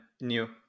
new